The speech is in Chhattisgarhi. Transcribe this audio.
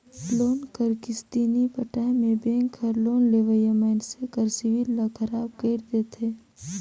लोन कर किस्ती नी पटाए में बेंक हर लोन लेवइया मइनसे कर सिविल ल खराब कइर देथे